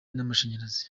n’amashanyarazi